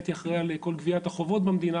הייתי אחראי על כל גביית החובות במדינה,